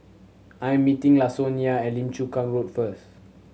I am meeting Lasonya at Lim Chu Kang Road first